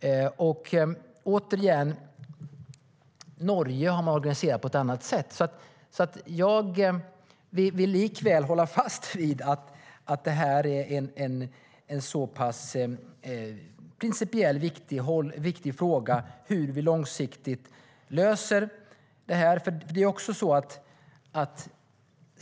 I Norge har man organiserat på ett annat sätt. Jag vill hålla fast vid att det är en viktig fråga hur vi löser detta långsiktigt.